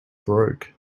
broke